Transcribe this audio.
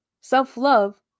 self-love